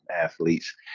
athletes